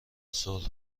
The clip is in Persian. صلح